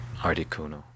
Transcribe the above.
Articuno